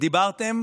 דיברתם